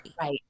Right